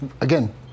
again